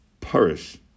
Parish